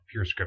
PureScript